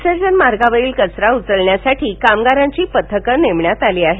विसर्जन मार्गावरील कचरा उचलण्यासाठी कामगारांची पथकं नेमण्यात आली आहेत